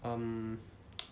um